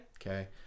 Okay